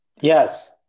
Yes